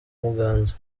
muganza